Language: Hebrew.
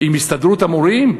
עם הסתדרות המורים,